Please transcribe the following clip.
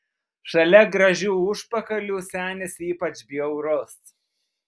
šalia gražių užpakalių senis ypač bjaurus